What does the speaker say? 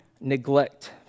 neglect